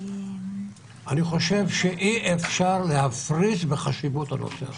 אני חושב שאי-אפשר להפריז בחשיבות הנושא הזה.